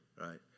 right